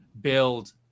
build